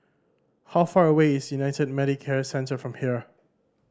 how far away is United Medicare Centre from here